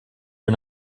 are